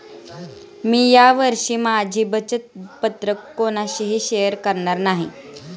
मी या वर्षी माझी बचत पत्र कोणाशीही शेअर करणार नाही